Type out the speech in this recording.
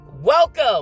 Welcome